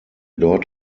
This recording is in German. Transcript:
dort